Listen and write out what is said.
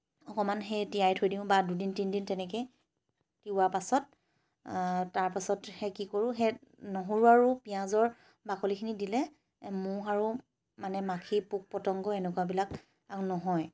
অকণমান সেই তিয়াই থৈ দিওঁ বা দুদিন তিনদিন তেনেকৈয়ে তিওৱা পাছত তাৰ পাছত সেই কি কৰোঁ সেই নহৰু আৰু পিঁয়াজৰ বাকলিখিনি দিলে মহ আৰু মানে মাখি পোক পতংগ এনেকুৱাবিলাক আৰু নহয়